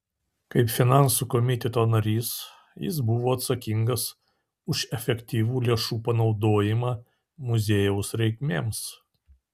kaip finansų komiteto narys jis buvo atsakingas už efektyvų lėšų panaudojimą muziejaus reikmėms